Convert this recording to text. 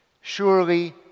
Surely